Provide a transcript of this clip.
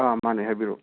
ꯑꯥ ꯃꯥꯅꯦ ꯍꯥꯏꯕꯤꯔꯛꯎ